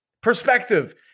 perspective